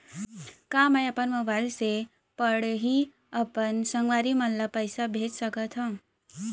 का मैं अपन मोबाइल से पड़ही अपन संगवारी मन ल पइसा भेज सकत हो?